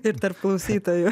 ir tarp klausytojų